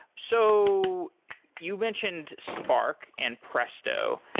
so you mentioned spark and presto.